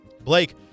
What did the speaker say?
Blake